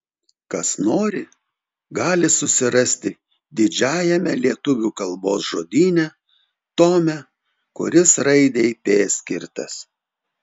kas nori gali susirasti didžiajame lietuvių kalbos žodyne tome kuris raidei p skirtas